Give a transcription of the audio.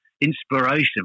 inspiration